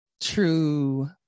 true